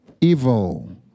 evil